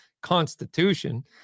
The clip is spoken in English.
constitution